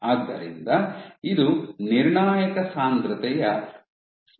ಆದ್ದರಿಂದ ಇದು ನಿರ್ಣಾಯಕ ಸಾಂದ್ರತೆಯ ಸಿ